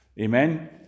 Amen